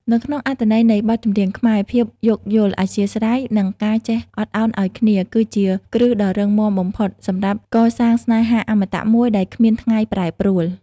នៅក្នុងអត្ថន័យនៃបទចម្រៀងខ្មែរ ភាពយោគយល់ អធ្យាស្រ័យ និងការចេះអត់ឱនឱ្យគ្នា គឺជាគ្រឹះដ៏រឹងមាំបំផុតសម្រាប់កសាងស្នេហាអមតៈមួយដែលគ្មានថ្ងៃប្រែប្រួល។